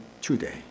today